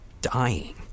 dying